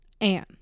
Anne